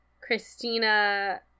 Christina